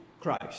Christ